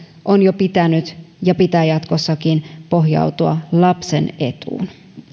on jo pitänyt ja pitää jatkossakin pohjautua lapsen etuun